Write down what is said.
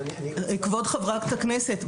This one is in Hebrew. כבוד חברת הכנסת,